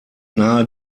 nahe